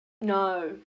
No